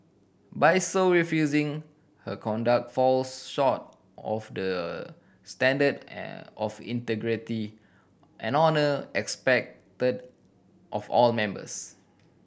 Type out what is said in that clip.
by so refusing her conduct falls short of the standard of integrity and honour expected of all members